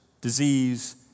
disease